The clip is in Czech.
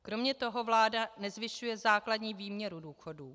Kromě toho vláda nezvyšuje základní výměru důchodů.